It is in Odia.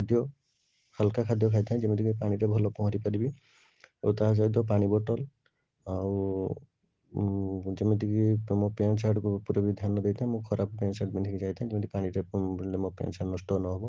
ଖାଦ୍ୟ ହାଲକା ଖାଦ୍ୟ ଖାଇଥାଏ ଯେମିତିକି ପାଣିରେ ଭଲ ପହଁରିପାରିବି ଓ ତା ସହିତ ପାଣି ବୋତଲ ଆଉ ଯେମିତିକି ତୁମ ପ୍ୟାଣ୍ଟସାର୍ଟ ଉପରେ ବି ଧ୍ୟାନ ଦେଇଥାଏ ମୁଁ ଖରାପ ପ୍ୟାଣ୍ଟସାର୍ଟ ପିନ୍ଧିକି ଯାଇଥାଏ ଯେମିତି ପାଣିରେ ବୁଡ଼ିଲେ ମୋ ପ୍ୟାଣ୍ଟସାର୍ଟ ନଷ୍ଟ ନ ହେବ